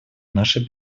нашей